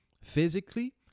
physically